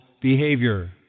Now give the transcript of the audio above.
behavior